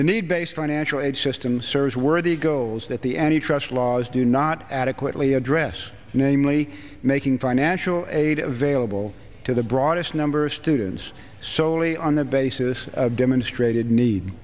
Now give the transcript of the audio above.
the need based financial aid system serves worthy goals that the any trust laws do not adequately address namely making financial aid available to the broadest number of students solely on the basis demonstrated need